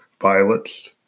violets